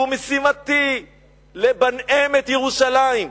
שהוא משימתי לבנאם את ירושלים,